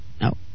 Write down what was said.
No